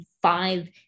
five